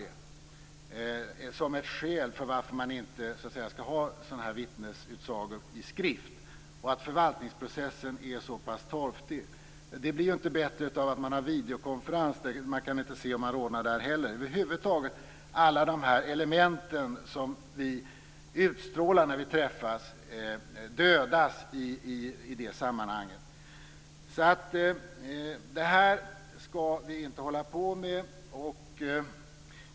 Det är ett skäl till att man inte skall ha vittnesutsagor i skrift. Förvaltningsprocessen är så pass torftig. Men det blir inte bättre av att man har videokonferens. Man kan inte se om någon rodnar där heller. Alla de här elementen som vi utstrålar när vi träffas dödas i det sammanhanget. Det här skall vi inte hålla på med.